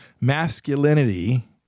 Masculinity